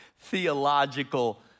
theological